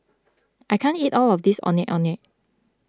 I can't eat all of this Ondeh Ondeh